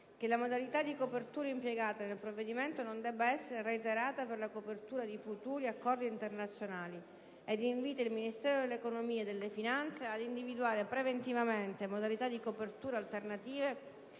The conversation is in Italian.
che la modalità di copertura impiegata nel provvedimento non debba essere reiterata per la copertura di futuri accordi internazionali ed invita il Ministero dell'economia e delle finanze ad individuare preventivamente modalità di copertura alternative